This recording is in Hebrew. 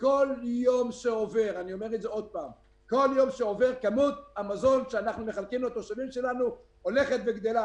וכל יום שעובר כמות המזון שאנחנו מחלקים לתושבים שלנו הולכת וגדלה.